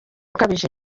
ukabije